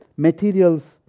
Materials